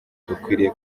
dukwiriye